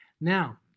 Now